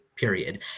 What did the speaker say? period